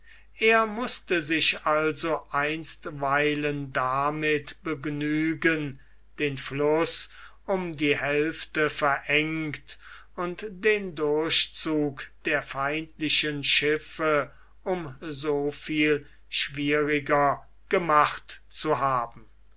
er mußte sich also einstweilen damit begnügen den fluß um die hälfte verengt und den durchzug der feindlichen schiffe um so viel schwieriger gemacht zu haben